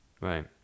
right